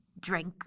drink